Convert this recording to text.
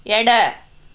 ಎಡ